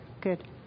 Good